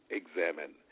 examine